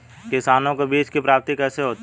किसानों को बीज की प्राप्ति कैसे होती है?